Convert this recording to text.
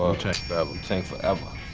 ah wu-tang wu-tang forever.